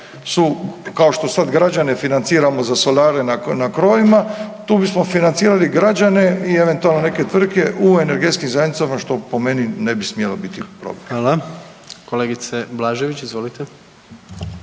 kao što sad gađane financiramo za solare na krovovima tu bismo financirali građane i eventualno neke tvrtke u energetskim zajednicama što po meni ne bi smjelo biti problem. **Jandroković, Gordan